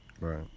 Right